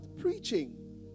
preaching